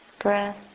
breath